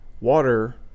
water